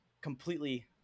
completely